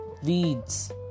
weeds